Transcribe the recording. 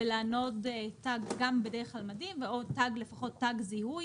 ולענוד תג, גם בדרך כלל מדים ולפחות תג זיהוי